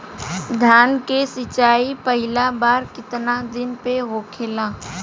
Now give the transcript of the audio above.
धान के सिचाई पहिला बार कितना दिन पे होखेला?